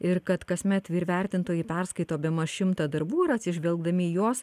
ir kad kasmet vyrvertintojai perskaito bemaž šimtą darbų ir atsižvelgdami į juos